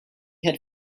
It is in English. had